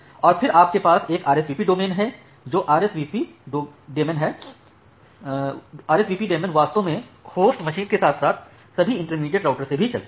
और फिर आपके पास एक RSVP डोमेन है जो RSVP डेमन वास्तव में होस्ट मशीन के साथ साथ सभी इंटरमीडिएट राउटर में भी चलता है